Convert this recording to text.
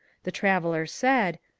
the traveller said,